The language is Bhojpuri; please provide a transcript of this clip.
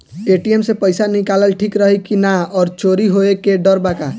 ए.टी.एम से पईसा निकालल ठीक रही की ना और चोरी होये के डर बा का?